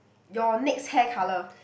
your next hair colour